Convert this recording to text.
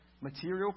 material